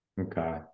Okay